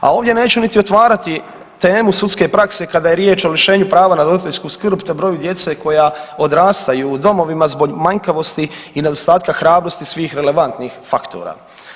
A ovdje neću niti otvarati temu sudske prakse kada je riječ o lišenju prava na roditeljsku skrb te broju djece koja odrastaju u domovima zbog manjkavosti i nedostatka hrabrosti svih relevantnih faktora.